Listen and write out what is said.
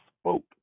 spoke